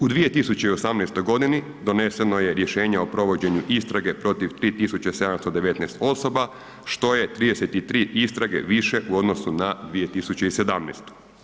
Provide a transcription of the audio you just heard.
U 2018.g. doneseno je rješenje o provođenju istrage protiv 3719 osoba što je 33 istrage više u odnosu na 2017.